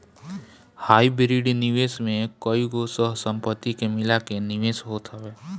hybrid निवेश में कईगो सह संपत्ति के मिला के निवेश होत हवे